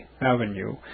Avenue